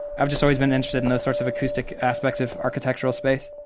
i've just always been interested in the sorts of acoustic aspects of architectural space.